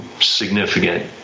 significant